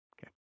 Okay